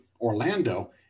Orlando